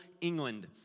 England